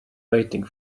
waiting